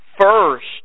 first